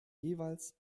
jeweils